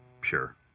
pure